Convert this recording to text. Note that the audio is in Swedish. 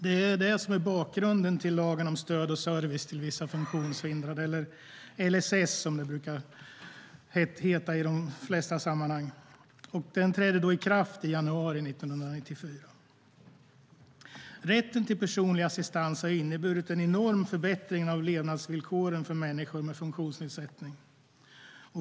Detta är bakgrunden till lagen om stöd och service till vissa funktionshindrade - LSS, som det brukar heta i de flesta sammanhang. Lagen trädde i kraft i januari 1994. Rätten till personlig assistans har inneburit en enorm förbättring av levnadsvillkoren för människor med funktionsnedsättning.